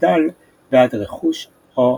דל בעד רכוש או כסף.